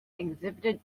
exhibited